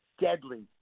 deadly